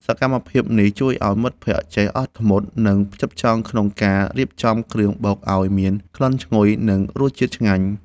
សកម្មភាពនេះជួយឱ្យមិត្តភក្តិចេះអត់ធ្មត់ និងផ្ចិតផ្ចង់ក្នុងការរៀបចំគ្រឿងបុកឱ្យមានក្លិនឈ្ងុយ និងរសជាតិឆ្ងាញ់។